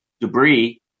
debris